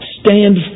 stand